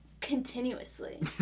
Continuously